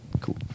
Cool